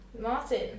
Martin